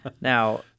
Now-